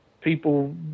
people